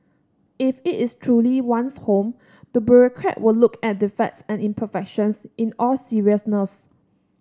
if it is truly one's home the bureaucrat would look at defects and imperfections in all seriousness